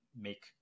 make